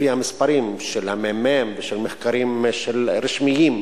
לפי המספרים של הממ"מ ושל מחקרים רשמיים,